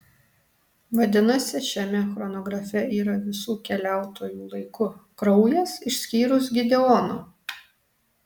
vadinasi šiame chronografe yra visų keliautojų laiku kraujas išskyrus gideono